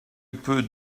peut